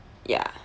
mm